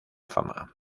fama